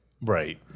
Right